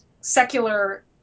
secular